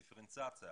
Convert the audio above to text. דיפרנציאציה,